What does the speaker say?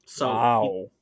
Wow